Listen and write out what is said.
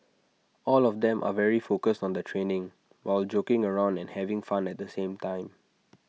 all of them are very focused on their training while joking around and having fun at the same time